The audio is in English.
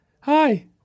hi